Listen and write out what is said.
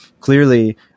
clearly